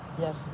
Yes